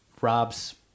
rob's